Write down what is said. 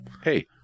Hey